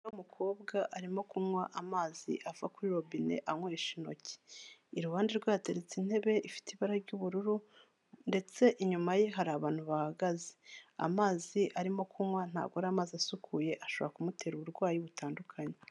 Umukobwa arimo kunywa amazi ava kuri robine anywesha intoki, iruhande rwe hateretse intebe ifite ibara ry'ubururu ndetse inyuma ye hari abantu bahahagaze, amazi arimo kunywa ntago ari amazi asukuye ashobora kumutera uburwayi butandukanye.